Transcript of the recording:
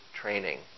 training